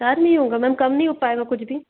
चार नहीं होगा मैम कम नहीं हो पाएगा कुछ भी